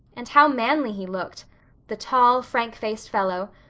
and how manly he looked the tall, frank-faced fellow,